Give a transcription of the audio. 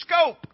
scope